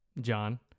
John